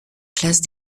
classe